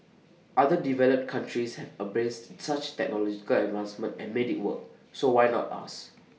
other developed countries have embraced such technological advancements and made IT work so why not us